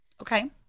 Okay